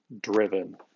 driven